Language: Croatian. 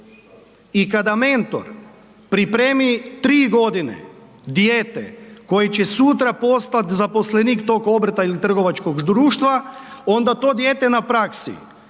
i kada mentor pripremi 3.g. dijete koje će sutra postat zaposlenik tog obrta ili trgovačkog društva onda to dijete na praksi